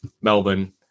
Melbourne